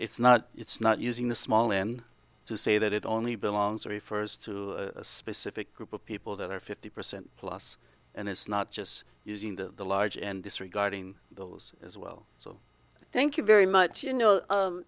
it's not it's not using the small end to say that it only belongs to refers to a specific group of people that are fifty percent plus and it's not just using the large and disregarding bills as well so thank you very much you know